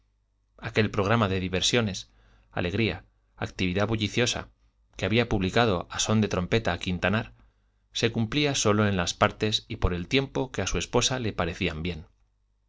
aficiones aquel programa de diversiones alegría actividad bulliciosa que había publicado a son de trompeta quintanar se cumplía sólo en las partes y por el tiempo que a su esposa le parecían bien